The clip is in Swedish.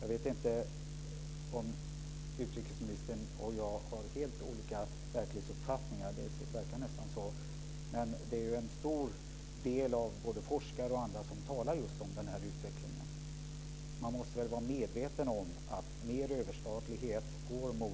Det verkar nästan som om utrikesministern och jag har helt olika verklighetsuppfattningar. Många forskare och andra talar just om den här utvecklingen. Man måste vara medveten om att mer av överstatlighet leder till